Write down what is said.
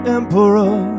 emperor